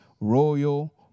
royal